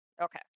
Okay